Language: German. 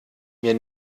mir